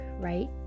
right